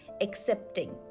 accepting